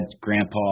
grandpa